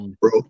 bro